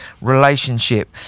relationship